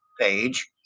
page